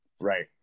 right